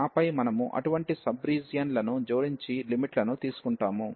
ఆపై మనము అటువంటి సబ్ రీజియన్ లను జోడించి లిమిట్ లను తీసుకుంటాము